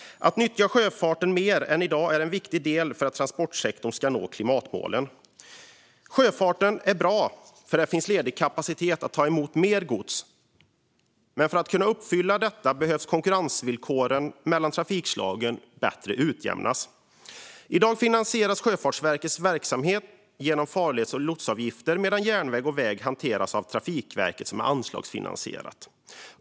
Att nyttja sjöfarten mer än i dag är en viktig del för att transportsektorn ska nå klimatmålen. Sjöfarten är bra, för där finns ledig kapacitet att ta emot mer gods. Men för att kunna uppfylla detta behöver konkurrensvillkoren mellan trafikslagen utjämnas mer. I dag finansieras Sjöfartsverkets verksamhet genom farleds och lotsavgifter medan järnväg och väg hanteras av Trafikverket, som är anslagsfinansierat.